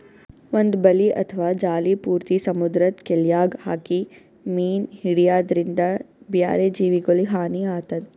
ಒಂದ್ ಬಲಿ ಅಥವಾ ಜಾಲಿ ಪೂರ್ತಿ ಸಮುದ್ರದ್ ಕೆಲ್ಯಾಗ್ ಹಾಕಿ ಮೀನ್ ಹಿಡ್ಯದ್ರಿನ್ದ ಬ್ಯಾರೆ ಜೀವಿಗೊಲಿಗ್ ಹಾನಿ ಆತದ್